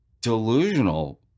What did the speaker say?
delusional